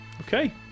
Okay